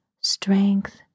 strength